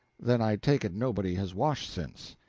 then i take it nobody has washed since.